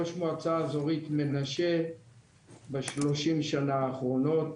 ראש מועצה אזורית מנשה ב-30 שנה האחרונות.